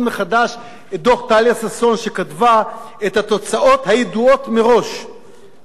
שכתבה את התוצאות הידועות מראש על בסיס השקפתה הפוליטית הקיצונית.